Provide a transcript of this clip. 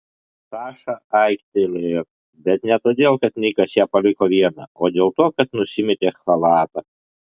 saša aiktelėjo bet ne todėl kad nikas ją paliko vieną o dėl to kad nusimetė chalatą